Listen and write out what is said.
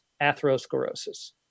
atherosclerosis